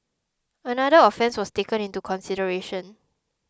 another offence was taken into consideration